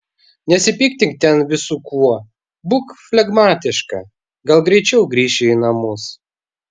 nesipiktink ten visu kuo būk flegmatiška gal greičiau grįši į namus